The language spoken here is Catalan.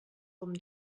com